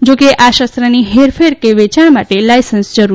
જો કે આ શસ્ત્રની હેરફેર કે વેચાણ માટે લાયસન્સ જરૂરી છે